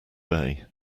day